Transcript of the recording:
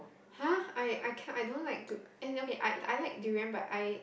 !huh! I I can't I don't like to as in okay I I like durian but I